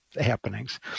happenings